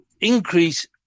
increase